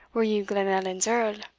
were ye glenallan's earl